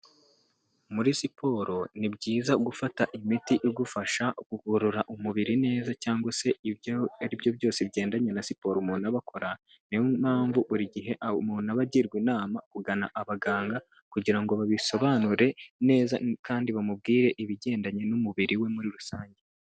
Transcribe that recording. Muri siporo, ni byiza gufata imiti igufasha kugorora umubiri neza cyangwa se ibyo ari byo byose bigendanye na siporo umuntu aba akora, niyo mpamvu buri gihe umuntu aba agirwa inama kugana abaganga kugira ngo babisobanure neza kandi bamubwire ibigendanye n'umubiri we muri rusange.